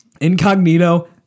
Incognito